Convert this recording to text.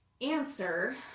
answer